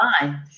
mind